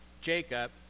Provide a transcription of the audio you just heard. Jacob